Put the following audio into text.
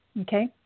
Okay